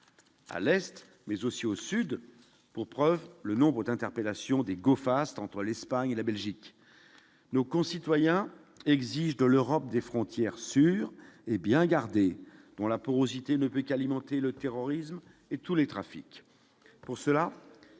à l'Est mais aussi au sud, pour preuve le nombre d'interpellations des go-fast entre l'Espagne et la Belgique, nos concitoyens exigent de l'Europe des frontières sûres et bien gardé, dont la porosité ne peut qu'alimenter le terrorisme et tous les trafics, pour cela,